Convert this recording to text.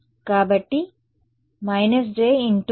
కాబట్టి − j × j నాకు 1 ఇస్తుంది